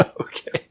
Okay